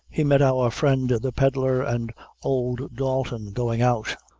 he met our friend the pedlar and old dalton going out.